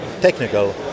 technical